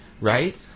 right